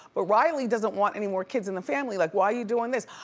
ah riley doesn't want anymore kids in the family, like, why you doin' this?